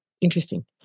interesting